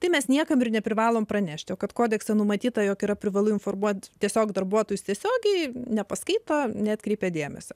tai mes niekam neprivalome pranešti kad kodekse numatyta jog yra privalu informuoti tiesiog darbuotojus tiesiogiai nepaskaito neatkreipė dėmesio